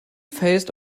faced